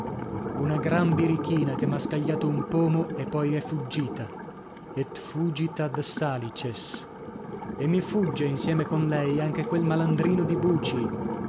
una gran birichina che m'ha scagliato un pomo e poi è fuggita et fugit ad salices e mi fugge insieme con lei anche quel malandrino di buci